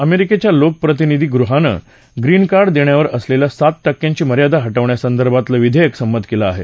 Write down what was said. अमेरिकेच्या लोकप्रतिनिधीगृहानं green card देण्यावर असलेल्या सात टक्क्यांची मर्यादा हटवण्यासंदर्भातलं विधेयक संमत केलं आहे